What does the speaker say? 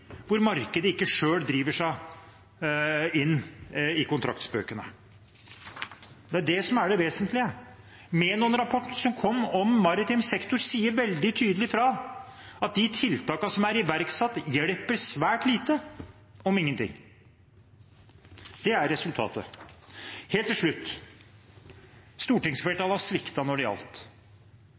hvor markedet ikke selv driver seg inn i kontraktsbøkene. Det er det som er det vesentlige. Menon-rapporten som kom om maritim sektor, sier veldig tydelig fra at de tiltakene som er iverksatt, hjelper svært lite eller ingenting. Det er resultatet. Helt til slutt: Stortingsflertallet har sviktet da det gjaldt.